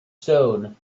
stone